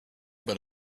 but